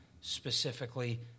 specifically